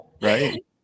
right